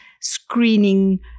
screening